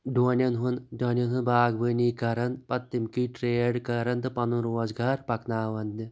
ڈونٮ۪ن ہُنٛد ڈونٮ۪ن ہُنٛد باغ بٲنی کَران پَتہٕ تمکُے ٹریڈ کَران تہٕ پَنُن روزگار پَکناوان